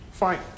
fine